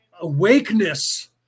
awakeness